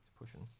Pushing